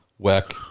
Weck